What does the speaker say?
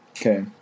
Okay